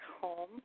home